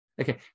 okay